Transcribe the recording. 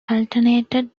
alternated